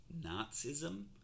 nazism